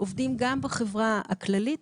אנחנו עובדים גם בחברה הכללית,